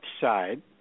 side